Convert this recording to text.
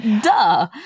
Duh